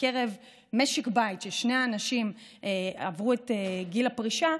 בקרב משק בית של שני אנשים שעברו את גיל הפרישה,